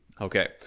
Okay